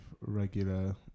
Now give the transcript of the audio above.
regular